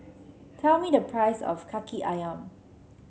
tell me the price of kaki ayam